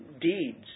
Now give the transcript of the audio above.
deeds